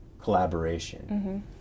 collaboration